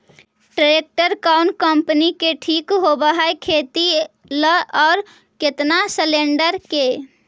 Tractor कोन company के ठीक होब है खेती ल औ केतना सलेणडर के?